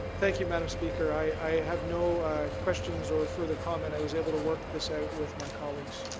thank you, madame speaker. i have no questions or further comment. i was able to work this out with my colleagues.